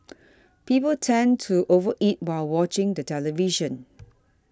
people tend to over eat while watching the television